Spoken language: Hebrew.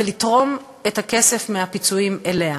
ולתרום את הכסף מהפיצויים לה.